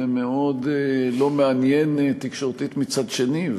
ומאוד לא מעניין תקשורתית מצד שני.